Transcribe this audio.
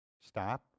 stop